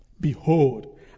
behold